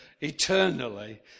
eternally